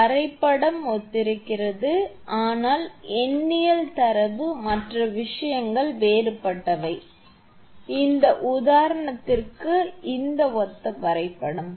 வரைபடம் ஒத்திருக்கிறது ஆனால் எண்ணியல் தரவு மற்ற விஷயங்கள் வேறுபட்டவை ஆனால் இந்த உதாரணத்திற்கும் இது ஒத்த வரைபடம்